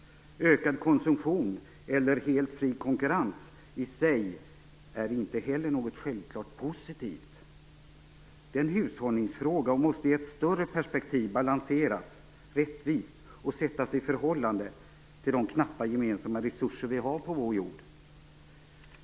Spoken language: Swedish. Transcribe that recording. Ökad konsumtion eller helt fri konkurrens i sig är inte heller något självklart positivt. Det är en hushållningsfråga och måste i ett större perspektiv balanseras rättvist och sättas i förhållande till de knappa gemensamma resurser vi har på vår jord.